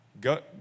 Go